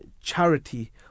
charity